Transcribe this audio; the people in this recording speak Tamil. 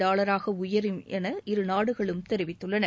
டாலராக உயரும் என இரு நாடுகளும் தெரிவித்துள்ளன